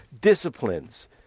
disciplines